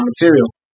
material